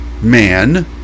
man